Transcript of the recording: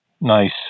Nice